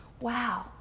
Wow